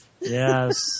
Yes